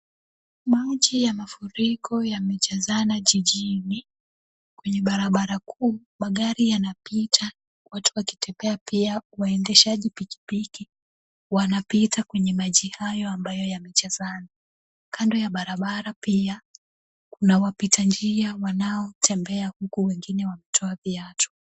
Maji ya mafuriko yamejazana jijini. Kwenye barabara kuu magari yanapita watu wakitembea pia, waendeshaji pikipiki wanapita kwenye maji hayo ambayo yamejazana. Kando ya barabara pia kuna wapita njia wanaotembea huku wengine wametoa viatu.